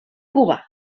cuba